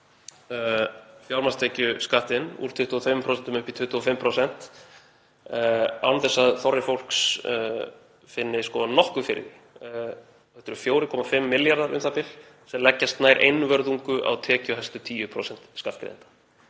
fjármagnstekjuskattinn úr 22% upp í 25% án þess að þorri fólks finni nokkuð fyrir því. Þetta eru 4,5 milljarðar u.þ.b. sem leggjast nær einvörðungu á tekjuhæstu 10% skattgreiðenda.